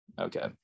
Okay